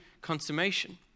consummation